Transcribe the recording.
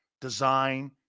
design